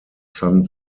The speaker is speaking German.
san